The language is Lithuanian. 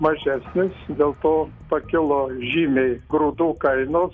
mažesnis dėl to pakilo žymiai grūdų kainos